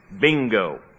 Bingo